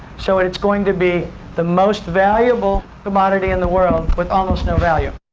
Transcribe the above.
so and it's going to be the most valuable commodity in the world with almost no value.